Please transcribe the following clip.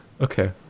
Okay